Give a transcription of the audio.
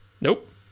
Nope